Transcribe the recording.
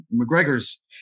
mcgregor's